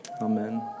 Amen